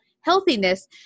healthiness